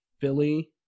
Philly